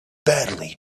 badly